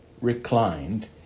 reclined